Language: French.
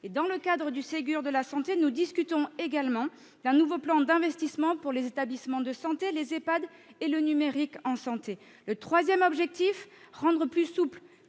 Dans le cadre du Ségur de la santé, nous discutons également d'un nouveau plan d'investissement pour les établissements de santé, les Ehpad et le numérique en santé. Le troisième est le travail sur le